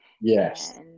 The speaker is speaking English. Yes